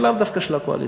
ולאו דווקא של הקואליציה.